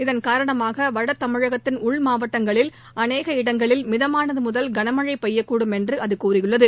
இதன் காரணமாக வட தமிழகத்தின் உள் மாவட்டங்களில் அநேக இடங்களில் மிதமானது முதல் கனமழை பெய்யக்கூடும் என்று அது கூறியுள்ளது